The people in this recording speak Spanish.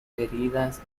heridas